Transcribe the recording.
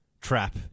trap